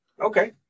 okay